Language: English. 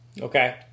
Okay